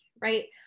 right